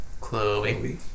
Chloe